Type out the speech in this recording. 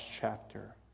chapter